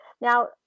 Now